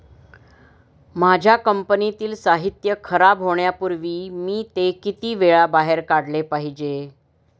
माझ्या कंपनीतील साहित्य खराब होण्यापूर्वी मी ते किती वेळा बाहेर काढले पाहिजे?